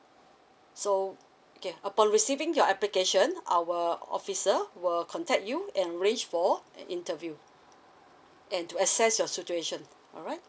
so okay upon receiving your application our officer will contact you and arrange for an interview and to assess your situation alright